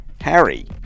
Harry